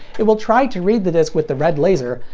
it will try to read the disc with the red laser,